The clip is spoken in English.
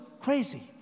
crazy